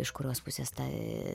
iš kurios pusės tą